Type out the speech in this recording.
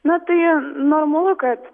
na tai normalu kad